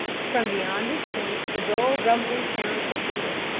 from beyond this point the dull rumbling sound proceeded.